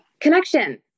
connection